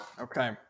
Okay